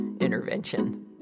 intervention